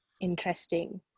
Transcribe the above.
interesting